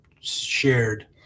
shared